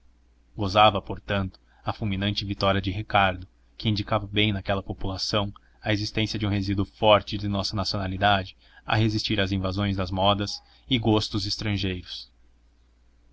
gozava portanto a fulminante vitória de ricardo que indicava bem naquela população a existência de um resíduo forte da nossa nacionalidade a resistir às invasões das modas e gostos estrangeiros